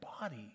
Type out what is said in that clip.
body